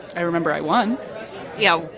i remember i won yeah,